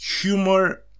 Humor